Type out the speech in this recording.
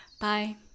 Bye